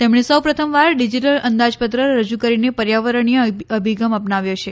તેમણે સૌ પ્રથમવાર ડીજીટલ અંદાજપત્ર રજૂ કરીને પર્યાવરણીય અભિગમ અપનાવ્યો છે